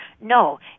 No